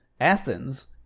Athens